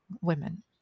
women